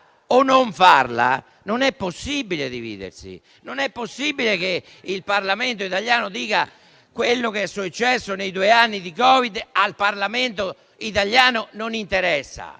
o non farla non è possibile dividersi. Non è possibile che il Parlamento italiano dica che quello che è successo nei due anni di Covid al Parlamento italiano non interessa: